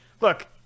look